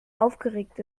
aufgeregt